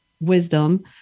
wisdom